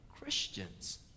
Christians